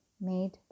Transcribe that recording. made